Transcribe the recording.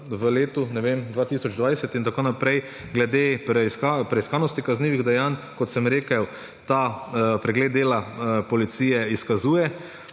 v letu, ne vem, 2020 in tako naprej, glede preiskave, preiskanosti kaznivih dejanj. Kot sem rekel, ta pregled dela policije izkazuje,